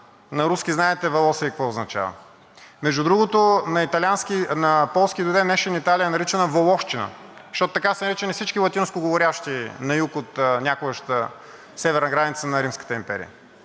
На руски знаете волосы какво означава. Между другото, на полски до ден днешен Италия е наричана волосчина, защото така са наричани всички латинскоговорещи на юг от някогашната северна граница на Римската империя.